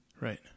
Right